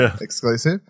exclusive